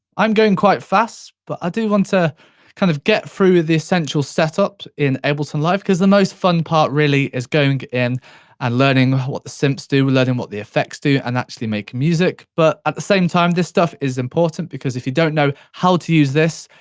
i'm going quite fast, but i do want to kind of get through the essential setup in ableton live, because the most fun part really, is going in and learning what the synths do, learning what the effects do and actually make music, but at the same time, this stuff is important because if you don't know how to use this,